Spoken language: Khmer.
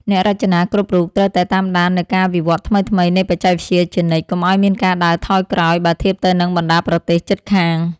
អ្នករចនាគ្រប់រូបត្រូវតែតាមដាននូវការវិវឌ្ឍថ្មីៗនៃបច្ចេកវិទ្យាជានិច្ច កុំឱ្យមានការដើរថយក្រោយបើធៀបទៅនឹងបណ្តាប្រទេសជិតខាង។